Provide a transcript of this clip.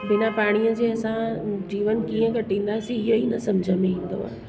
बिना पाणीअ जे असां जीवन कीअं कटंदासीं इहो ई न सम्झ में ईंदो आहे